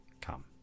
come